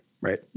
Right